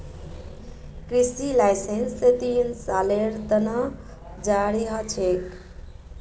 कृषि लाइसेंस तीन सालेर त न जारी ह छेक